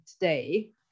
today